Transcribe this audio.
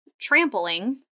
trampling